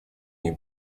ней